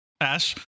Ash